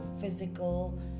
physical